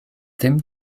tym